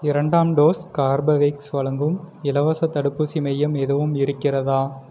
இரண்டாம் dose Corbevax வழங்கும் இலவசத் தடுப்பூசி மையம் எதுவும் இருக்கிறதா